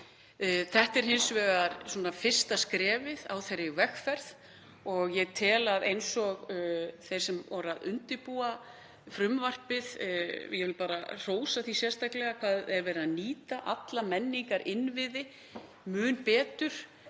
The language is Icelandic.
Þetta er hins vegar fyrsta skrefið á þeirri vegferð. Þeir sem voru að undirbúa frumvarpið — ég vil hrósa því sérstaklega hvað er verið að nýta alla menningarinnviði mun betur